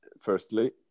firstly